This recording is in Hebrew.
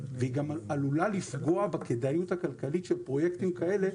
והיא גם עלולה לפגוע בכדאיות הכלכלית של פרויקטים כאלה,